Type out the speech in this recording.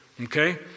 okay